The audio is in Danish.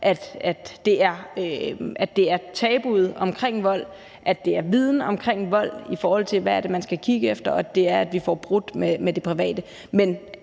brudt med tabuet omkring vold, at vi får viden omkring vold, i forhold til hvad man skal kigge efter, og at vi får brudt med, at